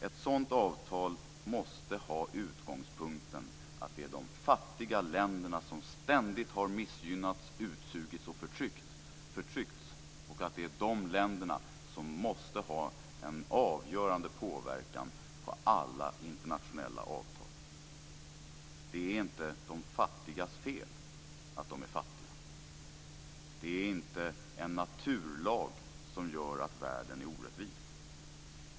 Ett sådant avtal måste ha utgångspunkten att det är de fattiga länderna som ständigt har missgynnats, utsugits och förtryckts, och att det är de länderna som måste ha en avgörande påverkan på alla internationella avtal. Det är inte de fattigas fel att de är fattiga. Det är inte naturlag som gör att världen är orättvis.